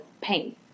pain